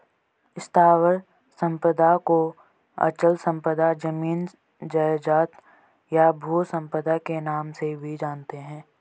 स्थावर संपदा को अचल संपदा, जमीन जायजाद, या भू संपदा के नाम से भी जानते हैं